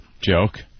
joke